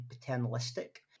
paternalistic